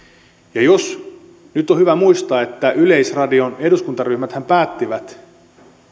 nyt on hyvä muistaa että yleisradion eduskuntaryhmäthän päättivät